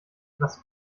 was